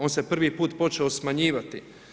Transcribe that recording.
On se prvi put počeo smanjivati.